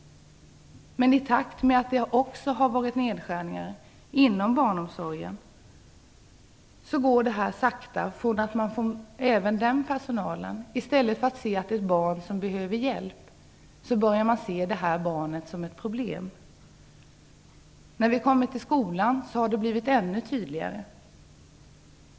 I takt med att det gjorts nedskärningar också inom barnomsorgen har detta sakta förändrats. I stället för att se att det är ett barn som behöver hjälp ser personalen barnet som ett problem. I skolan har det blivit ännu tydligare.